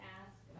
ask